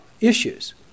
issues